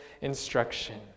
instruction